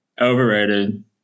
Overrated